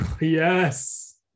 yes